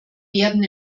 werden